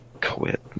quit